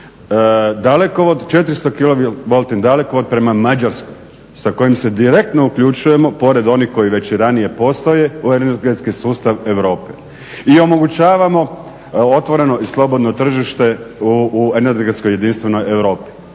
dalekovod prema Mađarskoj sa kojim se direktno uključujemo pored onih koji već i ranije postoje u energetski sustav Europe i omogućavamo otvoreno i slobodno tržište u energetskoj jedinstvenoj Europi.